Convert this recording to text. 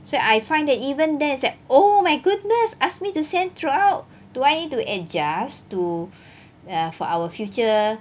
所以 I find that even then is like oh my goodness ask me to stand throughout do I need to adjust to err for our future